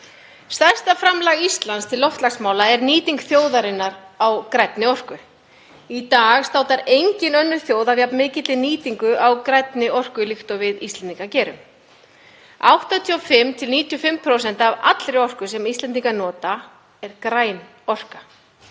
er nýting þjóðarinnar á grænni orku. Í dag státar engin önnur þjóð af jafn mikilli nýtingu á grænni orku líkt og við Íslendingar gerum en 85–95% af allri orku sem Íslendingar nota er græn orka.